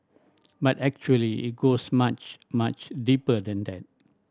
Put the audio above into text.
but actually it goes much much deeper than that